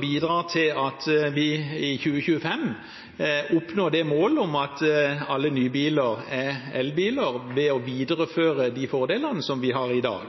bidrar til at vi i 2025 oppnår målet om at alle nye biler er elbiler, ved å videreføre de fordelene som vi har i dag.